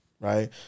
right